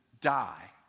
die